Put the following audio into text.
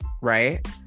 right